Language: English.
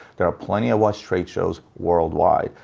there are plenty of watch trade shows worldwide.